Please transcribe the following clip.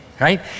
right